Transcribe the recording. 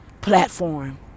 platform